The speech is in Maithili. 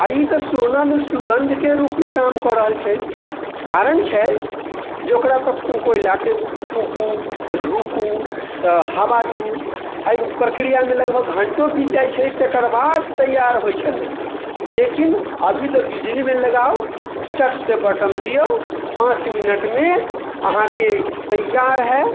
आ ई तऽ सोना मे सुगंध के रूप मे काम कऽ रहल छै कारण छै जे ओकरा तऽ ओ कोयला के फूँकू तऽ धूकूँ तऽ हवा दू एहि प्रक्रिया मे लगभग घंटो बीत जाइ छै तेकर बाद तऽ तैयार होइ छलय लेकिन अभी तऽ बिजली मे लगाउ चट से बटन दियौ पाँच मिनट मे अहाँके तैयार है